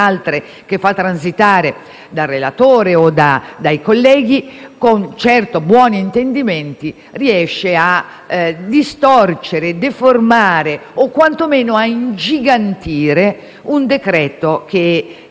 che fa transitare dal relatore o dai colleghi, certo con buon intendimenti, riesce a distorcere, deformare o quanto meno a ingigantire un testo che